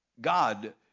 God